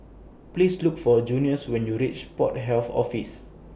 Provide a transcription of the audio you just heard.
Please Look For Junious when YOU REACH Port Health Office